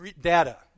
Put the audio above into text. data